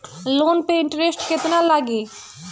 Loan पे interest केतना लागी?